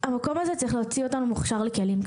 המקום הזה צריך להוציא אותנו מוכשרים לכלים.